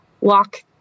walk